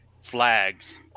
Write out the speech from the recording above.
flags